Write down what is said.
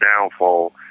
downfall